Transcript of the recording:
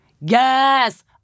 Yes